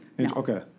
Okay